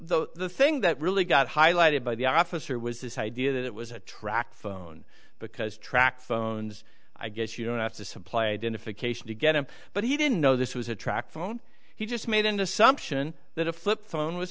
thing that really got highlighted by the officer was this idea that it was a track phone because tracked phones i guess you don't have to supply identification to get him but he didn't know this was a track phone he just made an assumption that a flip phone was